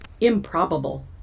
Improbable